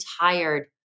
tired